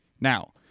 now